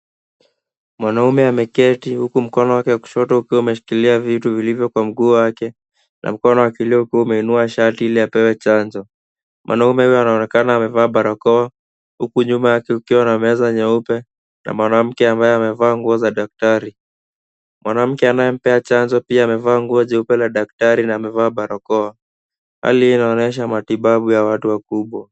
Mwanaume ameketi huku mkono wake wa kushoto ukiwa umeshikilia vitu vilivyo kwa mguu wake na mkono wa kulia ukiwa umeinua shati ili apewe chanjo. Mwanaume huyo anaonekana amevaa barakoa huku nyuma yake kukiwa na meza nyeupe na mwanamke ambaye amavaa nguo za daktari. Mwanamke anayempea chanjo pia amevaa nguo jeupe la daktari na amevaa barakoa. Hali hii inaonyesha matibabu ya watu wakubwa.